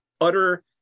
utter